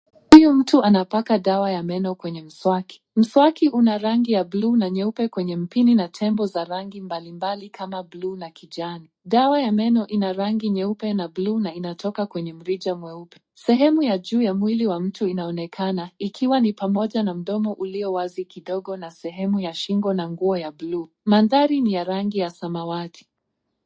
Huyu mtu anapaka dawa ya meno kwenye mswaki. Mswaki una rangi ya bluu na nyeupe kwenye mpini na tembo za rangi mbalimbali kama bluu na kijani. Dawa ya meno ina rangi nyeupe na bluu na inatoka kwenye mrija mweupe. Sehemu ya juu ya mwili wa mtu inaonekana, ikiwa ni pamoja na mdomo ulio wazi kidogo na sehemu ya shingo na nguo ya bluu. Mandhari ni ya rangi ya samawati.